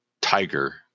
Tiger